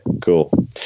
cool